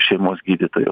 šeimos gydytoju